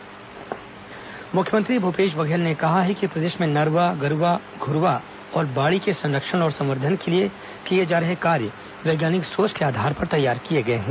युवा विज्ञान कांग्रेस मुख्यमंत्री भूपेश बघेल ने कहा है कि प्रदेश में नरवा गरूवा घ्रूवा और बाड़ी के संरक्षण और संवर्धन के लिए किए जा रहे कार्य वैज्ञानिक सोच के आधार पर तैयार किए गए हैं